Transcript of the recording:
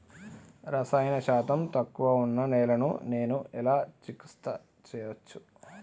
రసాయన శాతం తక్కువ ఉన్న నేలను నేను ఎలా చికిత్స చేయచ్చు?